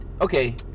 okay